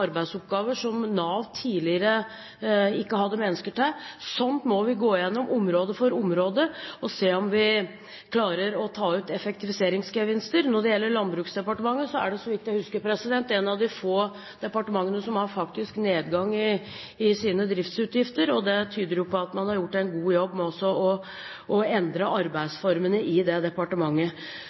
arbeidsoppgaver som Nav tidligere ikke hadde folk til. Sånn må vi gå igjennom område for område og se om vi klarer å ta ut effektiviseringsgevinster. Når det gjelder Landbruksdepartementet, er det så vidt jeg husker, et av de få departementene som faktisk har nedgang i sine driftsutgifter. Det tyder vel på at man har gjort en god jobb med å endre arbeidsformene i det departementet.